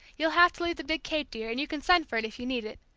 you'll have to leave the big cape, dear, and you can send for it if you need it.